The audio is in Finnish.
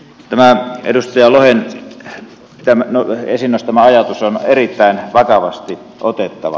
tämä edustaja lohen esiin nostama ajatus on erittäin vakavasti otettava